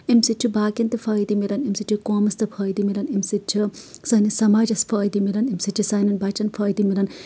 اَمہِ سۭتۍ چھُ باقٮ۪ن تہِ فٲیدٕ مِلان اَمہِ سۭتۍ چھُ قومَس تہِ فٲیدٕ مِلان اَمہِ سۭتۍ چھُ سٲنِس سَماجس فٲیدٕ مِلان اَمہِ سۭتۍ چھُ ساٮنٮ۪ن بَچن فٲیدٕ مِلان